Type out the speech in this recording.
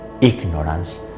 ignorance